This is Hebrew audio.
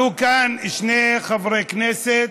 עלו כאן שני חברי כנסת.